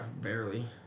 Barely